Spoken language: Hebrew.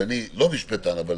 ואני לא משפטן אבל